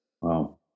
Wow